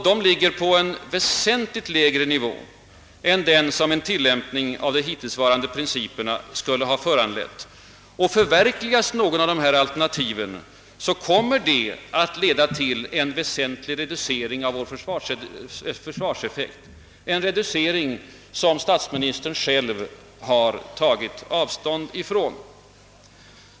De ligger på en väsentligt lägre nivå än den som en tillämpning av de hittillsvarande principerna skulle ha föranlett. Förverkligas något av dessa alternativ, kommer det att leda till en avsevärd reducering av vår försvarseffekt, en reducering som statsministern själv har tagit avstånd från.